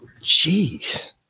Jeez